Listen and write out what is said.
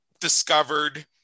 discovered